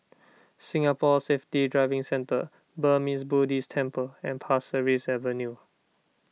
Singapore Safety Driving Centre Burmese Buddhist Temple and Pasir Ris Avenue